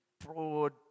broad